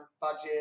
budget